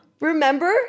Remember